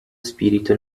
spirito